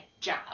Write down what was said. job